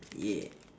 ya